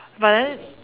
but then